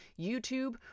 YouTube